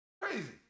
Crazy